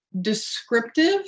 descriptive